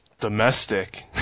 Domestic